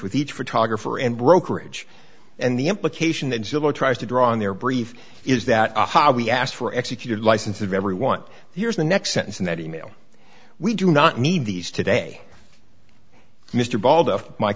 with each photographer and brokerage and the implication that zillow tries to draw on their brief is that we asked for executed license of everyone here's the next sentence in that email we do not need these today mr bald of my